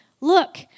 Look